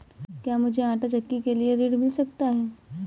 क्या मूझे आंटा चक्की के लिए ऋण मिल सकता है?